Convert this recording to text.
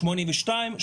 82,